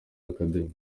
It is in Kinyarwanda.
academy